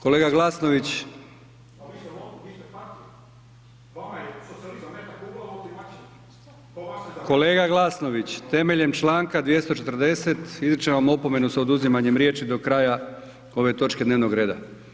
Kolega Glasnović. ... [[Upadica se ne čuje.]] Kolega Glasnović, temeljem članka 240. izričem vam opomenu sa oduzimanjem riječi do kraja ove točke dnevnog reda.